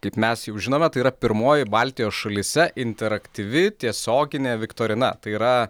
kaip mes jau žinome tai yra pirmoji baltijos šalyse interaktyvi tiesioginė viktorina tai yra